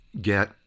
get